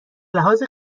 لحاظ